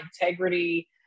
integrity